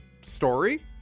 story